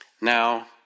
Now